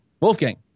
Wolfgang